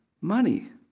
money